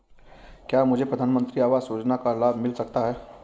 क्या मुझे प्रधानमंत्री आवास योजना का लाभ मिल सकता है?